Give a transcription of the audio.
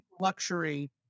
luxury